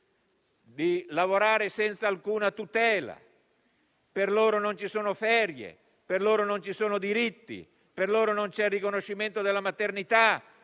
di lavorare senza alcuna tutela. Per loro non ci sono ferie né diritti, non c'è il riconoscimento della maternità